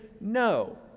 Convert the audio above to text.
no